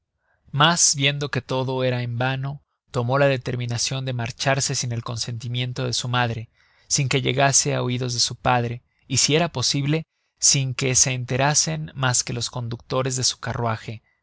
mas viendo que todo era en vano tomó la determinacion de marcharse sin el consentimiento de su madre sin que llegase á oidos de su padre y si era posible sin que se enterasen mas que los conductores de su carruaje